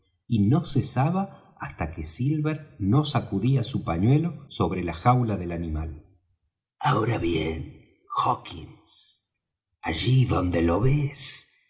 y no cesaba hasta que silver no sacudía su pañuelo sobre la jaula del animal ahora bien hawkins allí donde lo ves